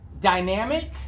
dynamic